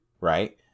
right